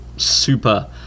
super